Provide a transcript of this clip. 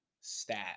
stat